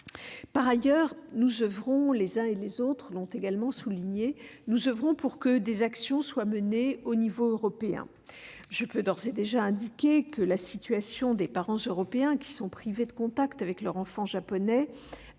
souligné, nous oeuvrons pour que des actions soient menées à l'échelon européen. Je peux d'ores et déjà indiquer que la situation des parents européens privés de contact avec leurs enfants japonais a